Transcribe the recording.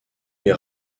les